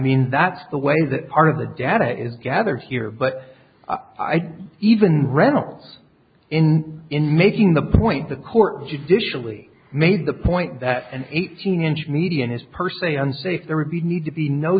mean that's the way that part of the data is gathered here but i even reynolds in in making the point the court judicially made the point that an eighteen inch median is per se unsafe there would be need to be no